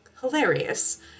hilarious